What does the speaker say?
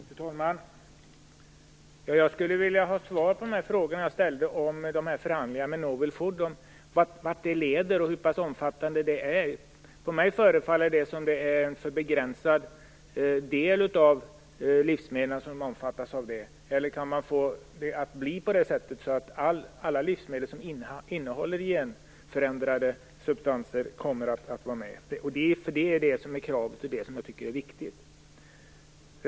Fru talman! Jag skulle vilja ha svar på de frågor jag ställde om vart förhandlingarna om novel food leder och hur pass omfattande förordningen är. Mig förefaller det vara en för begränsad del av livsmedlen som omfattas av detta. Kan man få det att bli på det sättet att alla livsmedel som innehåller genförändrade substanser kommer att vara med? Det är kravet, och det är det som jag tycker är viktigt.